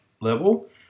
level